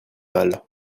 mal